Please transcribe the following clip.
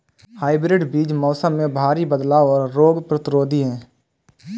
hybrid बीज मौसम में भारी बदलाव और रोग प्रतिरोधी हैं